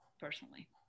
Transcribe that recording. personally